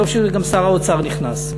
וטוב ששר האוצר נכנס: